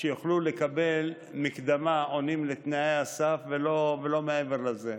יוכלו לקבל מקדמה, עונים לתנאי הסף ולא מעבר לזה.